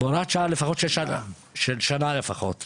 של שנה לפחות.